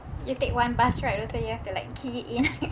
you take one bus ride also you have to like key in